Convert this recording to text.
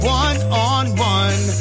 one-on-one